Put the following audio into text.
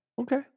Okay